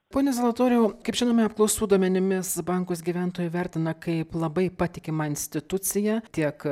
pone zalatoriau kaip žinome apklausų duomenimis bankus gyventojai vertina kaip labai patikimą instituciją tiek